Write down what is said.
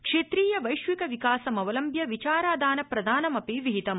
क्षेत्रीय वैश्विक विकासमवलम्ब्य विचारा दान प्रदानमपि विहितम्